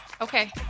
Okay